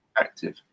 active